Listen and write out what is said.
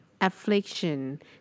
Affliction